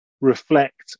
reflect